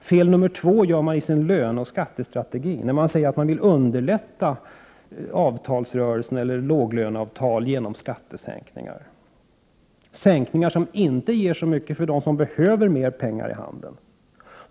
Fel nummer två gör regeringen i sin löneoch skattestrategi när den säger sig vilja underlätta avtalsrörelsen eller låglöneavtal genom skattesänkningar. Det är sänkningar som inte ger så mycket för dem som behöver mer pengar i handen.